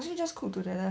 sausage just cook together